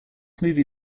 movie